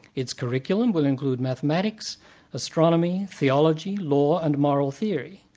its curriculum will include mathematics, astronomy, theology, law and moral theory.